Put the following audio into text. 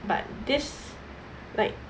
but this like